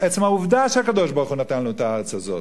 עצם העובדה שהקדוש-ברוך-הוא נתן לנו את הארץ הזאת.